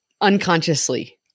unconsciously